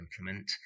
implement